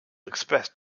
expressed